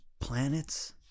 planets